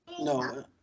No